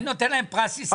אני נותן להם פרס ישראל.